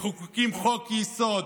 מחוקקים חוק-יסוד